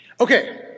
Okay